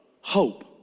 hope